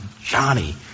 Johnny